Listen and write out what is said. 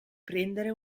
prendere